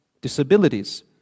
disabilities